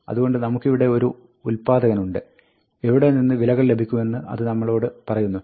അതുകൊണ്ട് നമുക്കിവിടെ ഒരു ഉല്പാദകനുണ്ട് എവിടെ നിന്ന് വിലകൾ ലഭിക്കുമെന്ന് അത് നമ്മളോട് പറയുന്നു